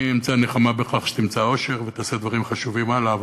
אני אמצא נחמה בכך שתמצא אושר ותעשה דברים חשובים הלאה.